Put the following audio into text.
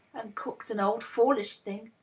and cook's an old foolish thing.